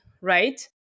right